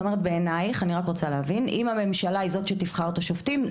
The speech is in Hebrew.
שבעינייך מהות הדמוקרטיה היא שהממשלה תהיה זו שתבחר את השופטים?